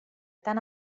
tant